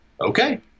okay